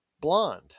Blonde